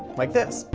like this.